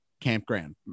campground